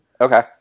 Okay